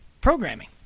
programming